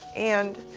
and